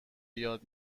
یاد